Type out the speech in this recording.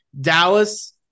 Dallas